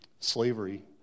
slavery